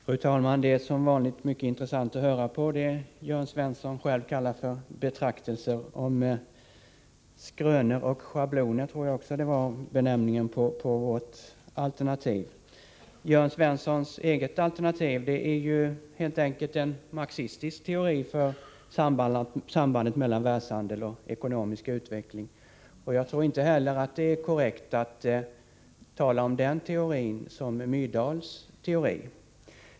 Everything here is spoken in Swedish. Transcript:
Fru talman! Det är som vanligt mycket intressant att höra på Jörn Svenssons — som han själv kallar det — betraktelser, denna gång om skrönor och schabloner, som jag tror han benämnde vårt alternativ. Jörn Svenssons eget alternativ är ju helt enkelt en marxistisk teori om sambandet mellan världshandel och ekonomisk utveckling. Jag tror inte heller att det är korrekt att tala om den teorin som Myrdals teori.